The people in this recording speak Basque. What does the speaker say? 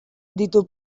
ditu